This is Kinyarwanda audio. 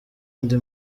andi